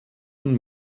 und